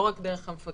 לא רק דרך המפקח,